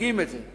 משדרגים את זה.